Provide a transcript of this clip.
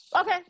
Okay